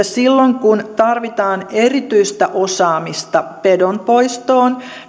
silloin kun tarvitaan erityistä osaamista pedon poistoon